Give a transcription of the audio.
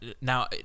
Now